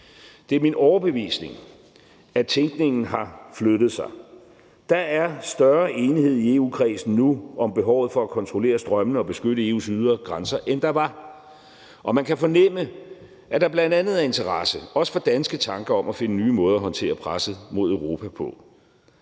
Det er min overbevisning, at tænkningen har flyttet sig. Der er større enighed i EU-kredsen nu om behovet for at kontrollere strømmene og beskytte EU's ydre grænser, end der var, og man kan fornemme, at der er interesse, også for bl.a. danske tanker om at finde nye måder at håndtere presset mod Europa på.